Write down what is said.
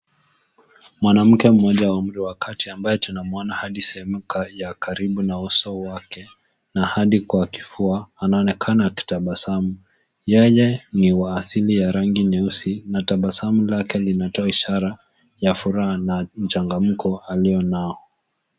Mwanamke mmoja wa umri wa kati ambaye tunamwona hadi sehemu ya karibu na uso wake na hadi kwa kifua, anaonekana akitabasamu. Yeye ni wa asili ya rangi nyeusi na tabasamu lake linatoa ishara ya furaha na mchangamko alio nao.